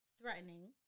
threatening